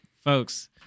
Folks